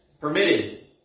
permitted